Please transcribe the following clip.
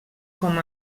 com